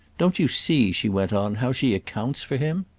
don't you see, she went on, how she accounts for him?